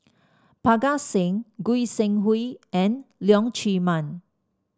Parga Singh Goi Seng Hui and Leong Chee Mun